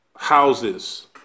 Houses